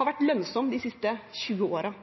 har vært lønnsomt de siste 20